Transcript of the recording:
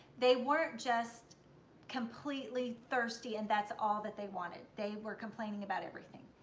they weren't just completely thirsty and that's all that they wanted, they were complaining about everything.